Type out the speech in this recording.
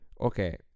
okay